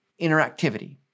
interactivity